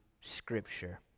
Scripture